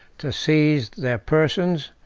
to seize their persons,